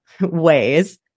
ways